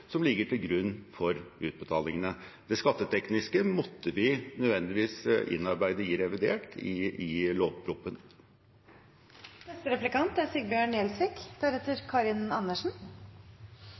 som ligger til grunn for utbetalingene. Det skattetekniske måtte vi nødvendigvis innarbeide i revidert, i lovproposisjonen. Det er